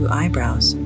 eyebrows